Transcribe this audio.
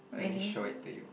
let me show it to you